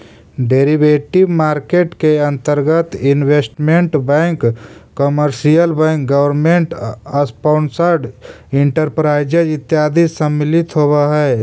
derivative market के अंतर्गत investment bank commercial bank government sponsored enterprises इत्यादि सम्मिलित होवऽ हइ